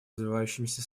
развивающимися